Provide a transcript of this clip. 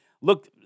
Look